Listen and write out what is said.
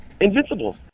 invincible